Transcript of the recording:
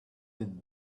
been